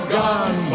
gone